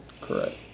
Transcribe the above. Correct